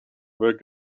work